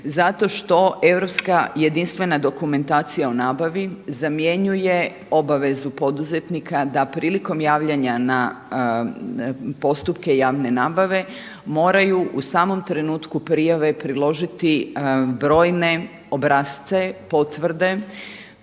zato što europska jedinstvena dokumentacija o nabavi zamjenjuje obavezu poduzetnika da prilikom javljanja na postupke javne nabave moraju u samom trenutku prijave priložiti brojne obrasce, potvrde